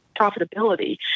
profitability